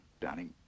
darling